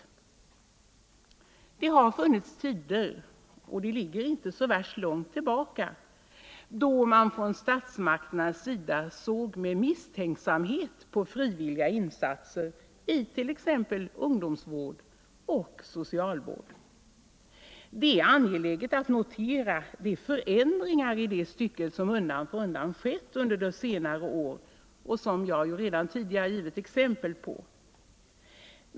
Det har funnits tider — och de ligger inte så värst långt tillbaka — då man från statsmakternas sida såg med misstänksamhet på frivilliga insatser i t.ex. ungdomsvård och socialvård. Det är angeläget att notera de förändringar i det stycket som undan för undan skett under senare år och som jag redan givit exempel på.